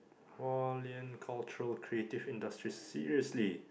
Hualian cultural creative industries seriously